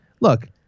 look